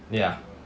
ya